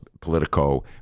Politico